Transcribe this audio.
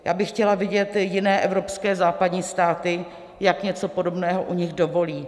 Já bych chtěla vidět jiné evropské, západní státy, jak něco podobného u nich dovolí.